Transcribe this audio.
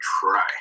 try